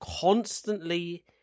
constantly